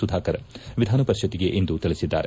ಸುಧಾಕರ್ ವಿಧಾನ ಪರಿಷತ್ತಿಗೆ ಇಂದು ತಿಳಿಸಿದ್ದಾರೆ